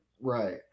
right